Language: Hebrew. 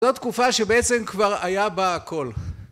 זו תקופה שבעצם כבר היה בה הכל